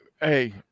hey